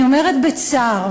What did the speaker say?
אני אומרת בצער,